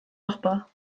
machbar